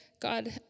God